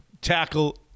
tackle